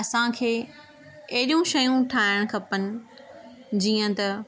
असांखे अहिड़ियूं शयूं ठाहिणु खपनि जीअं त